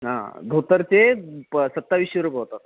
हां धोतरचे सत्ताविसशे रुपये होतात